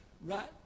right